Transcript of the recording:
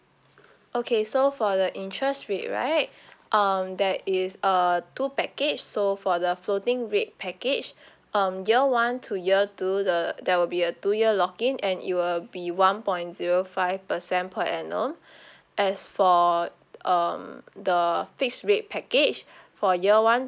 okay so for the interest rate right um there is uh two package so for the floating rate package um year one to year two the there will be a two year lock-in and it will be one point zero five percent per annum as for um the fix rate package for year one